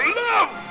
love